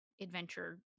adventure